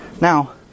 Now